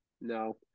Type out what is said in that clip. No